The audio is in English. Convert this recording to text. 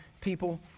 people